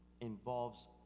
involves